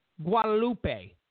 Guadalupe